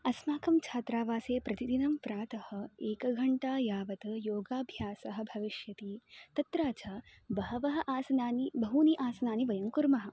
अस्माकं छात्रावासे प्रतिदिनं प्रातः एकघण्टा यावत् योगाभ्यासः भविष्यति तत्र च बहवः आसनानि बहूनि आसनानि वयं कुर्मः